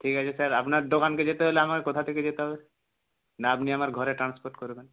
ঠিক আছে স্যার আপনার দোকানকে যেতে হলে আমাকে কোথা থেকে যেতে হবে না আপনি আমার ঘরে ট্রান্সপোর্ট করবেন